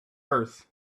earth